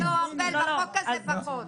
בחוק הזה פחות.